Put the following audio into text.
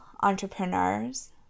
entrepreneurs